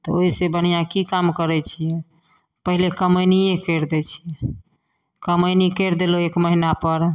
तऽ ओहिसँ बढ़िआँ कि काम करै छिए पहिले कमैनिए करि दै छिए कमैनी करि देलहुँ एक महिनापर